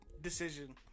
decision